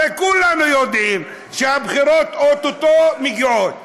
הרי כולנו יודעים שהבחירות או-טו-טו מגיעות,